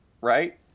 right